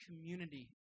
community